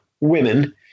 women